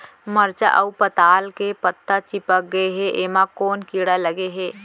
मरचा अऊ पताल के पत्ता चिपक गे हे, एमा कोन कीड़ा लगे है?